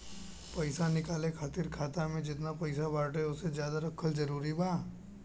पईसा निकाले खातिर खाता मे जेतना पईसा बाटे ओसे ज्यादा रखल जरूरी बा?